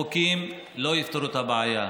חוקים לא יפתרו את הבעיה.